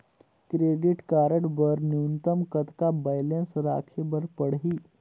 Credit card बर न्यूनतम कतका बैलेंस राखे बर पड़ही?